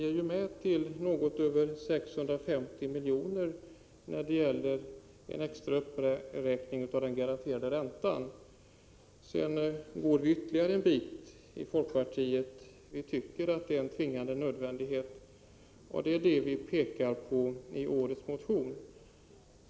Ni är ju med till något över 650 milj.kr. när det gäller en extra uppräkning av den garanterade räntan. Folkpartiet går ytterligare en bit, eftersom vi tycker att det är en tvingande nödvändighet. Det är detta som vi pekar på i årets motion.